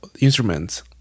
instruments